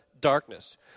darkness